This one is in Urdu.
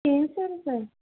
تین سو روپے